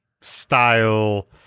style